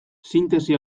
sintesi